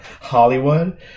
Hollywood